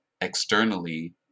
externally